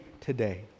today